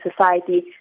society